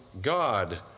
God